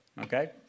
Okay